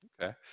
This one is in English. Okay